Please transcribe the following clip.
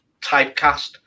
typecast